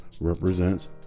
represents